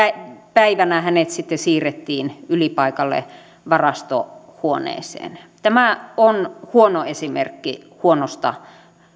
päivänä hänet sitten siirrettiin ylipaikalle varastohuoneeseen tämä on huono esimerkki huonosta